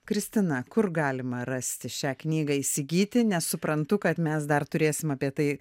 kristina kur galima rasti šią knygą įsigyti nes suprantu kad mes dar turėsim apie tai